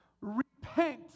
Repent